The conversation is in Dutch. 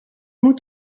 moet